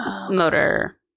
Motor